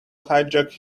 hijack